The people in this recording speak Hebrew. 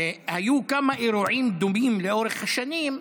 היו כמה אירועים דומים לאורך השנים,